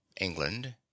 England